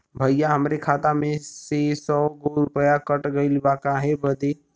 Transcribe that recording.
भईया हमरे खाता मे से सौ गो रूपया कट गइल बा काहे बदे?